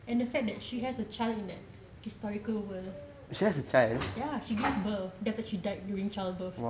and the fact that she has a child in that historical world ya she gave birth then she died during childbirth